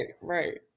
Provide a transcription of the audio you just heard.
right